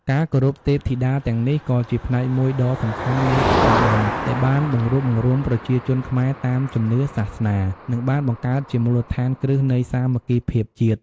ការគោរពទេពធីតាទាំងនេះគឺជាផ្នែកមួយដ៏សំខាន់នៃពិធីបុណ្យ ដែលបានបង្រួបបង្រួមប្រជាជនខ្មែរតាមជំនឿសាសនា និងបានបង្កើតជាមូលដ្ឋានគ្រឹះនៃសាមគ្គីភាពជាតិ។